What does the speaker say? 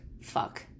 Fuck